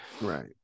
Right